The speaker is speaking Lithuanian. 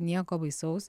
nieko baisaus